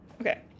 Okay